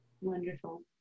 wonderful